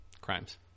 crimes